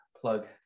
plug